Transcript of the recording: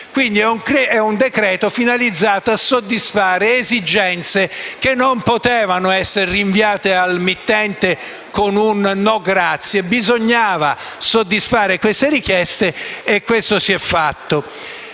ovvero un decreto-legge finalizzato a soddisfare esigenze che non potevano essere rinviate al mittente con un «No grazie!». Bisognava soddisfare queste richieste e questo si è fatto.